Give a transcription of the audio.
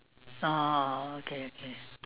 (uh huh) oh okay okay